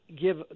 give